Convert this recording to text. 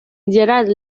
gerard